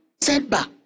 setback